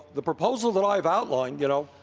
the proposal that i have outlined, you know,